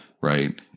Right